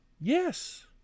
Yes